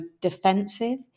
defensive